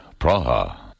Praha